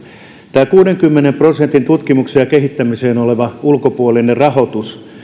tämä kuudenkymmenen prosentin tutkimukseen ja kehittämiseen oleva ulkopuolinen rahoitus